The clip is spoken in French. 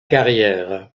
carrière